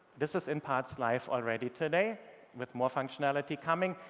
this is in parts live already today with more functionality coming.